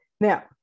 Now